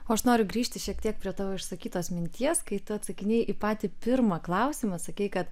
o aš noriu grįžti šiek tiek prie tavo išsakytos minties kai tu atsakinėjai į patį pirmą klausimą sakei kad